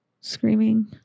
Screaming